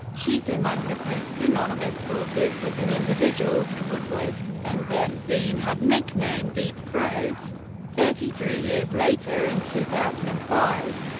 chief among the post's anonymous sources was an individual whom woodward and bernstein had nicknamed deep throat thirty three years later, in two thousand and five,